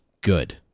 good